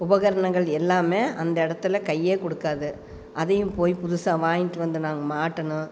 உபகரணங்கள் எல்லாம் அந்த இடத்துல கை கொடுக்காது அதையும் போய் புதுசாக வாங்கிட்டு வந்து நாங்கள் மாட்டணும்